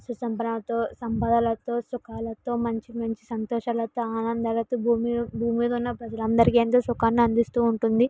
సుసంపన్నతో సంపదలతో సుఖాలతో మంచి మంచి సంతోషాలతో ఆనందాలతో భూమి భూమి మీద ఉన్న ప్రజలందరికీ సుఖాన్ని అందిస్తూ ఉంటుంది